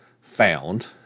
found